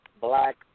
black